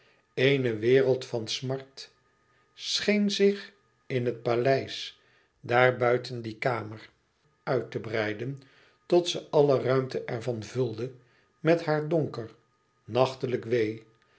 eene wereld van smart scheen zich in het paleis daar buiten die kamer uit te breiden tot ze alle ruimten ervan vulde met haar donker nachtelijk wee